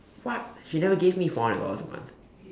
what she never gave me four hundred dollars a month